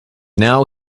now